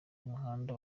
umuhanda